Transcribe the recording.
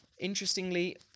Interestingly